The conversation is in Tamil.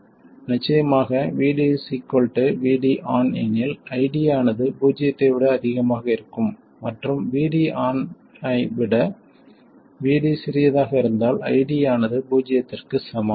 நிச்சயமாக VD VD ON எனில் ID ஆனது பூஜ்ஜியத்தை விட அதிகமாக இருக்கும் மற்றும் VD ON விட VD சிறியதாக இருந்தால் ID ஆனது பூஜ்ஜியத்திற்கு சமம்